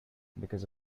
because